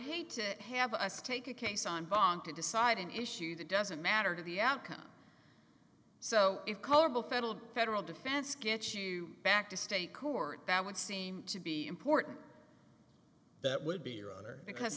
hate to have us take a case on pong to decide an issue that doesn't matter to the outcome so if carbo federal federal defense gets you back to state court that would seem to be important that would be your honor because